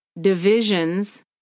divisions